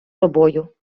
тобою